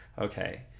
okay